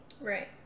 Right